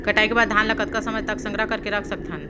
कटाई के बाद धान ला कतका समय तक संग्रह करके रख सकथन?